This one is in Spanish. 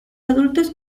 adultos